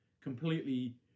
completely